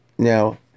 Now